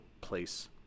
place